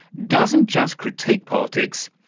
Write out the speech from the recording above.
doesn't just critique politics,